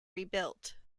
rebuilt